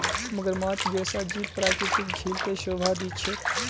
मगरमच्छ जैसा जीव प्राकृतिक झील त शोभा दी छेक